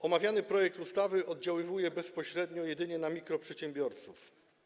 Omawiany projekt ustawy oddziaływa bezpośrednio jedynie na mikroprzedsiębiorców.